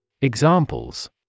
Examples